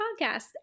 podcast